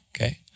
Okay